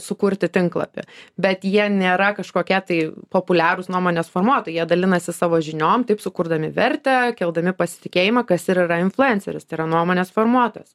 sukurti tinklapį bet jie nėra kažkokie tai populiarūs nuomonės formuotojai jie dalinasi savo žiniom taip sukurdami vertę keldami pasitikėjimą kas ir yra influenceris tai yra nuomonės formuotojas